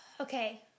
Okay